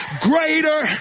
greater